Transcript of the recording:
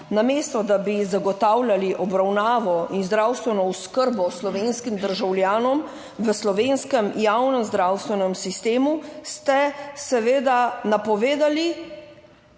namesto, da bi zagotavljali obravnavo in zdravstveno oskrbo slovenskim državljanom v slovenskem javnem zdravstvenem sistemu, ste seveda napovedali,